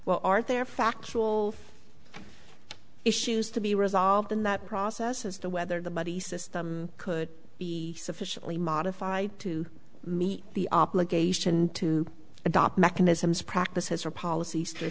well are there factual issues to be resolved in that process as to whether the buddy system could be sufficiently modified to meet the obligation to adopt mechanisms practices or policies